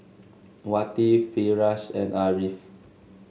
Wati Firash and Ariff